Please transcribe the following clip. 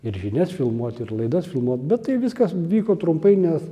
ir žinias filmuot ir laidas filmuot bet tai viskas vyko trumpai nes